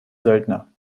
söldner